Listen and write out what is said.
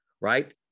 right